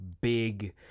big